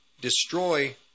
destroy